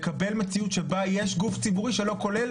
לקבל מציאות שבה יש גוף ציבורי שלא כולל